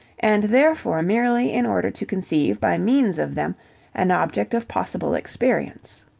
and therefore merely in order to conceive by means of them an object of possible experience.